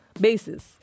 basis